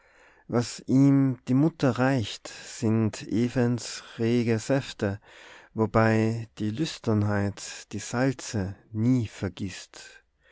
was ihm die mutter reicht sind evens rege säfte wobei die lüsternheit die salze nie vergisst